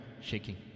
shaking